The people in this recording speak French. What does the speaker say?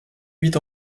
huit